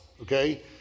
Okay